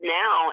now